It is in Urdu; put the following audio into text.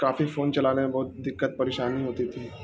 کافی فون چلانے میں بہت دقت پریشانی ہوتی تھی